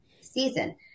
season